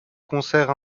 concerts